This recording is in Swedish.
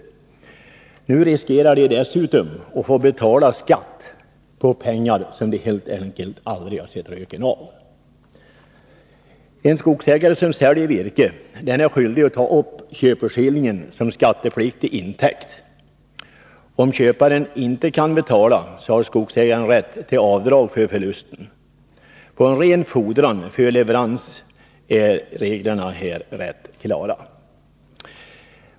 Dessutom riskerar vederbörande att få betala skatt på pengar som de helt enkelt aldrig har sett röken av. En skogsägare som säljer virke är skyldig att ta upp köpeskillingen som skattepliktig intäkt. Om köparen inte kan betala, har skogsägaren rätt att göra avdrag för förlusten. När det gäller en ren fordran för leverans är reglerna rätt klara.